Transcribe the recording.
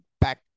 back